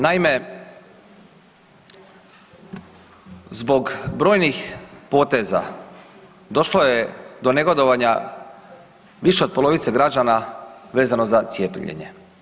Naime, zbog brojnih poteza došlo je do negodovanja više od polovice građana vezano za cijepljenje.